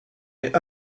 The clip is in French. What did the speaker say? est